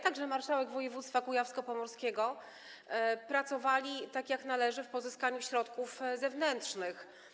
także marszałek województwa kujawsko-pomorskiego, pracowali tak jak należy przy pozyskiwaniu środków zewnętrznych.